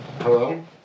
Hello